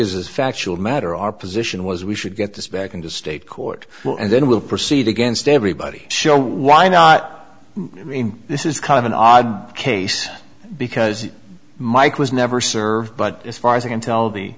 this factual matter our position was we should get this back into state court and then we'll proceed against everybody show why not i mean this is kind of an odd case because mike was never served but as far as i can tell the